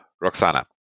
Roxana